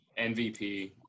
MVP